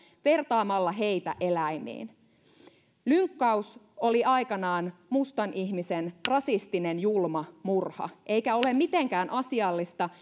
vertaamalla heitä eläimiin lynkkaus oli aikanaan mustan ihmisen rasistinen julma murha eikä ole mitenkään asiallista